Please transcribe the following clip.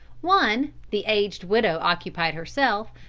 one, the aged widow occupied herself,